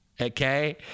Okay